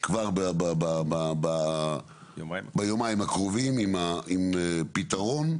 כבר ביומיים הקרובים עם פתרון,